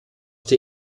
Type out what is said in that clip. der